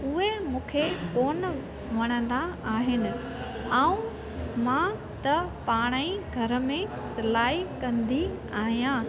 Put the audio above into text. उहे मूंखे कोन वणंदा आहिनि ऐं मां त पाण ई घर में सिलाई कंदी आहियां